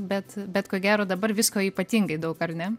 bet bet ko gero dabar visko ypatingai daug ar ne